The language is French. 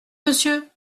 monsieur